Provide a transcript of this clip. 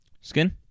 Skin